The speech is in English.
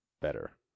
better